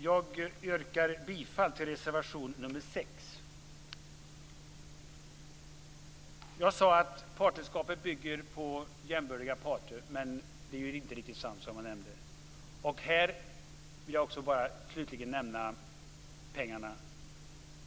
Jag yrkar bifall till reservation nr 6. Jag sade att partnerskapet bygger på jämbördiga parter, men det är inte riktigt sant. Här vill jag slutligen nämna pengarna.